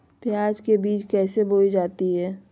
प्याज के बीज कैसे बोई जाती हैं?